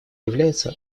является